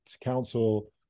council